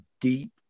deep